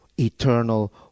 eternal